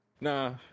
Nah